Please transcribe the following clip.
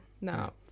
No